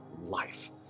life